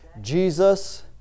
Jesus